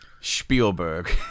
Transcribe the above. Spielberg